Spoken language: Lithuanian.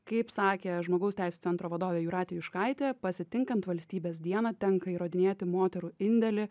kaip sakė žmogaus teisių centro vadovė jūratė juškaitė pasitinkant valstybės dieną tenka įrodinėti moterų indėlį